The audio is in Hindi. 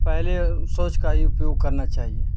पहले शौच का ही उपयोग करना चाहिए